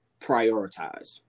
prioritize